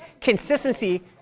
Consistency